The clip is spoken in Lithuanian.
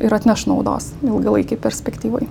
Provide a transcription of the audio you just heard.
ir atneš naudos ilgalaikėj perspektyvoj